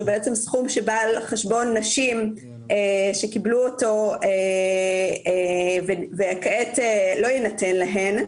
שהוא בעצם סכום שבא על חשבון נשים שקיבלו אותו וכעת לא יינתן להן,